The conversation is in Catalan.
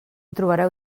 trobareu